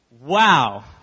Wow